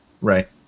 Right